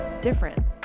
different